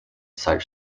such